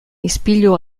ispilu